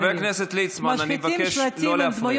חבר הכנסת ליצמן, אני מבקש לא להפריע.